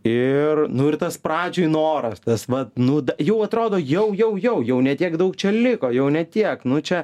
ir nu ir tas pradžioj noras tas vat nu jau atrodo jau jau jau jau ne tiek daug čia liko jau ne tiek nu čia